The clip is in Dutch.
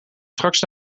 straks